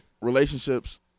relationships